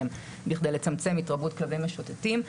עד היום בכדי לצמצם התרבות כלבים משוטטים,